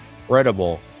incredible